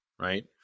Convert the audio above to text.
Right